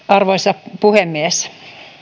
arvoisa puhemies